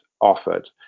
offered